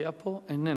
היה פה, איננו.